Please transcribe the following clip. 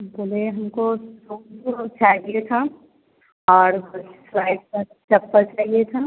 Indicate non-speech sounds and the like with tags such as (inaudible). बोले हमको (unintelligible) चाहिए था और कुछ च्वाइस का चप्पल चाहिए था